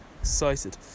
excited